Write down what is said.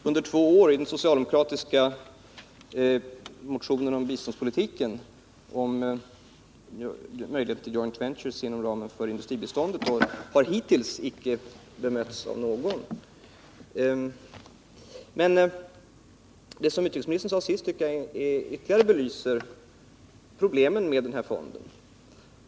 Herr talman! Tanken på möjlighet till joint ventures inom ramen för industribiståndet har framförts under två år i den socialdemokratiska motionen om biståndspolitiken och har hittills icke bemötts av någon. Men det som utrikesministern sade senast tycker jag ytterligare belyser problemen med denna fond.